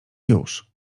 już